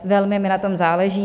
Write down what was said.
Velmi mi na tom záleží.